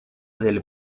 del